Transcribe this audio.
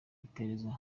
iperereza